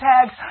tags